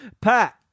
Pat